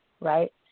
right